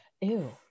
ew